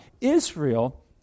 Israel